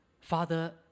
Father